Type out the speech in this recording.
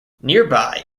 nearby